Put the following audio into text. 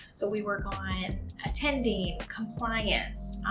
so, we work on attending, compliance,